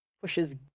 pushes